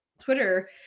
Twitter